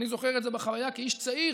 אני זוכר את זה בחוויה כאיש צעיר,